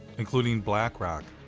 including blackrock,